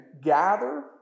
gather